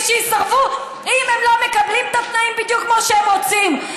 שיסרבו אם הם לא מקבלים את התנאים בדיוק כמו שהם רוצים.